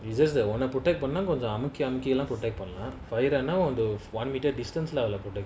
it's just that wanna protect but பண்ணா:panna I'm okay I'm okay lah protect பண்ணலாம்:pannalam fahira now although one metre distance lah protect